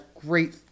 Great